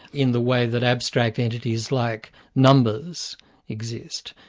in the way that abstract entities like numbers exist,